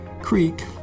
creek